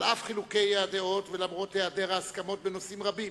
על אף חילוקי הדעות ולמרות העדר ההסכמות בנושאים רבים,